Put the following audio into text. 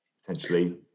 potentially